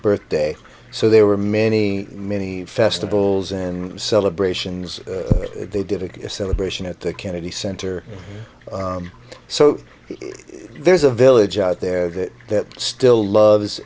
birthday so there were many many festivals and celebrations they did a celebration at the kennedy center so there's a village out there that still loves